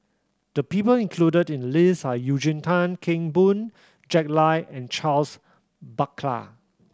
the people included in the list are Eugene Tan Kheng Boon Jack Lai and Charles Paglar